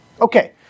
Okay